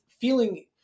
feeling